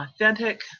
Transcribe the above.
authentic